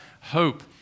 hope